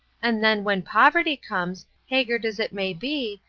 and then, when poverty comes, haggard as it may be,